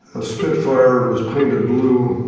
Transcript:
a spitfire was painted blue.